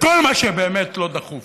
וכל מה שבאמת לא דחוף,